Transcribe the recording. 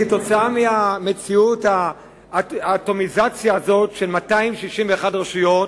כתוצאה מהמציאות, האטומיזציה הזאת של 261 רשויות,